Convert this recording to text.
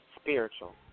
spiritual